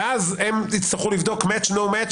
ואז הם יצטרכו לבדוק match-no match,